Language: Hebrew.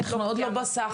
אנחנו עוד לא בסחר,